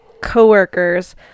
coworkers